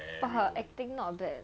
but her acting not bad